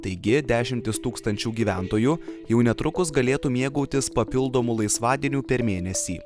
taigi dešimtys tūkstančių gyventojų jau netrukus galėtų mėgautis papildomu laisvadieniu per mėnesį